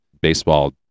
baseball